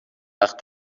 وقت